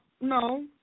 No